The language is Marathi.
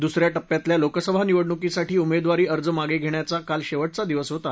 दुसऱ्या टप्प्यातल्या लोकसभा निवडणुकीसाठी उमेदवारी अर्ज मागे घेण्याचा काल शेवटचा दिवस होता